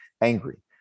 angry